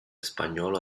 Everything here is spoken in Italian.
spagnola